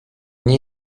nie